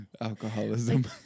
Alcoholism